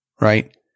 right